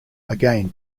again